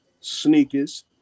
sneakers